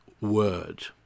word